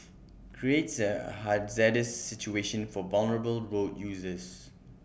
creates A hazardous situation for vulnerable road users